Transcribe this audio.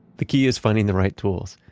the key is finding the right tools.